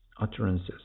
utterances